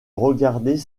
regarder